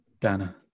Dana